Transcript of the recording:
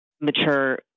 mature